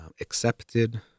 accepted